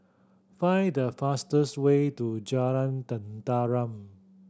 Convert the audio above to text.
find the fastest way to Jalan Tenteram